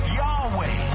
yahweh